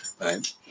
right